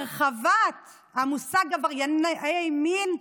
הרחבת המושג "עברייני מין"